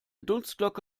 dunstglocke